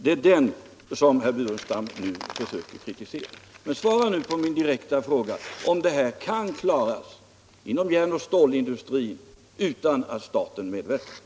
Det är den staten som herr Burenstam Linder nu försöker kritisera. Men svara nu på min direkta fråga. Kan verksamheten inom järnoch stålindustrin klaras utan statens medverkan?